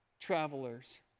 travelers